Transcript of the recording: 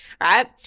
Right